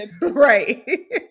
Right